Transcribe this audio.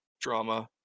drama